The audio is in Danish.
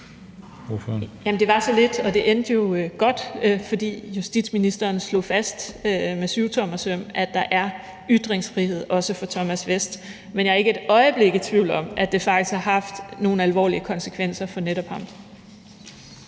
Det var så lidt, og det endte jo godt, fordi justitsministeren slog fast med syvtommersøm, at der er ytringsfrihed, også for Thomas Vesth. Men jeg er ikke et øjeblik i tvivl om, at det har haft nogle alvorlige konsekvenser for netop ham.